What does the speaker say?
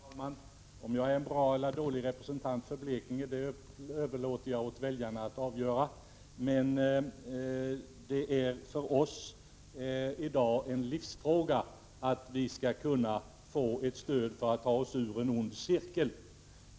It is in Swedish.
Herr talman! Om jag är en bra eller dålig representant för Blekinge, det överlåter jag åt väljarna att avgöra. Men det är för oss i dag en livsfråga att få ett stöd för att ta oss ur en ond cirkel.